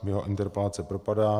Jeho interpelace propadá.